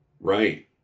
Right